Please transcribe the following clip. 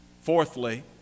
fourthly